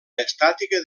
estàtica